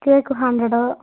cake hundred